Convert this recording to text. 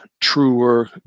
truer